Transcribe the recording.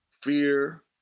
fear